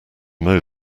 mow